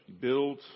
Build